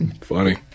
Funny